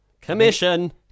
Commission